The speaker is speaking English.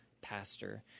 pastor